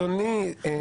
לא